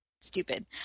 stupid